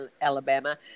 Alabama